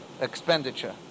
expenditure